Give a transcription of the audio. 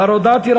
כבר הודעתי,